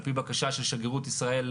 על פי בקשה של שגרירות ישראל